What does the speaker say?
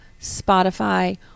Spotify